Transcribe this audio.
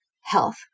health